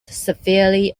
severely